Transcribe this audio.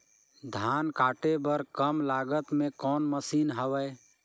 धान काटे बर कम लागत मे कौन मशीन हवय?